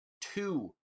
two